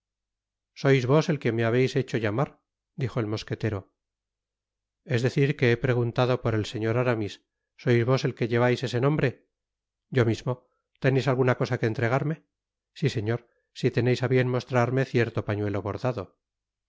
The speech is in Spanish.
sois vos el que me habeis hecho ttamar dijo el mosquetero es decir que he preguntado por el señor aramis sois vos el que llevais ese nombre yo mismo teneis alguna cosa que entregarme si señor si teneis á bien mostrarme cierto pañuelo bordado